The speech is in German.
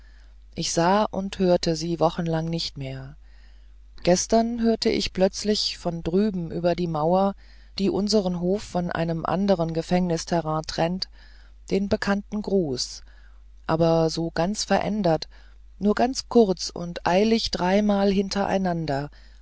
ich sah und hörte sie wochenlang nicht mehr gestern höre ich plötzlich von drüben über die mauer die unseren hof von einem anderen gefängnisterrain trennt den bekannten gruß aber so ganz verändert nur ganz kurz und eilig dreimal hintereinander